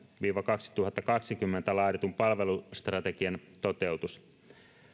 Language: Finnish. viiva kaksituhattakaksikymmentä laaditun palvelustrategian toteutus